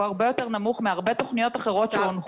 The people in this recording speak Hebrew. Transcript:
הוא הרבה יותר נמוך מהרבה תכניות אחרות שהונחו על השולחן.